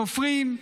סופרים,